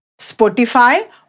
Spotify